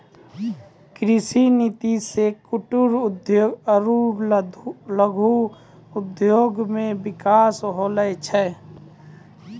कृषि नीति से कुटिर उद्योग आरु लघु उद्योग मे बिकास होलो छै